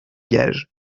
gages